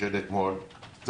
של אתמול, ועדיין מעצבת.